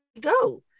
go